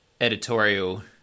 editorial